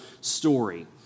story